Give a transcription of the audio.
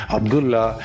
Abdullah